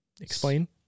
Explain